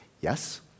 Yes